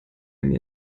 mir